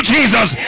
Jesus